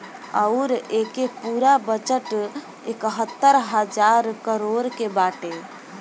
अउर एके पूरा बजट एकहतर हज़ार करोड़ के बाटे